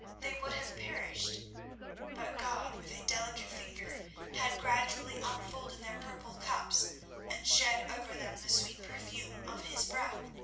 they would have perished but god with a delicate finger had gradually unfolded their purple cups and shed over them the sweet perfume of his breath.